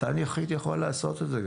דן יחיד יכול לעשות את זה.